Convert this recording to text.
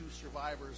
survivors